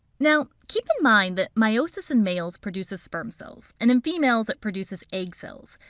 now keep in mind that meiosis in males produces sperm cells and in females, it produces egg cells.